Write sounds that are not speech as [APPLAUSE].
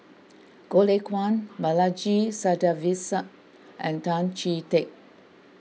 Goh Lay Kuan Balaji [UNINTELLIGIBLE] and Tan Chee Teck